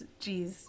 Jeez